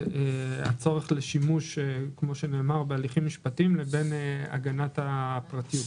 הצורך לשימוש בהליכים משפטיים, ובין הגנת הפרטיות.